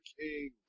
King